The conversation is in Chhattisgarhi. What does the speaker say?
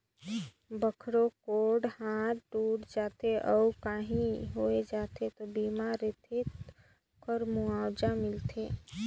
कखरो गोड़ हाथ टूट जाथे अउ काही होय जाथे त बीमा रेहे ले ओखर मुआवजा मिलथे